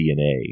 DNA